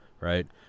right